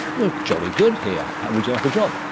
you're jolly good here, would you like a job?